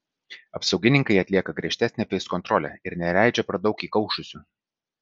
apsaugininkai atlieka griežtesnę feiskontrolę ir neįleidžia per daug įkaušusių